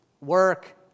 work